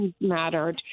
mattered